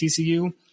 TCU